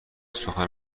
سخن